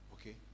Okay